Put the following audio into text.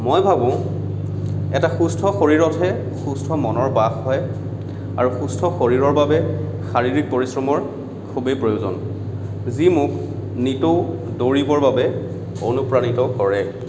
মই ভাবোঁ এটা সুস্থ শৰীৰতহে সুস্থ মনৰ বাস হয় আৰু সুস্থ শৰীৰৰ বাবে শাৰীৰিক পৰিশ্ৰমৰ খুবেই প্ৰয়োজন যি মোক নিতৌ দৌৰিবৰ বাবে অনুপ্ৰাণিত কৰে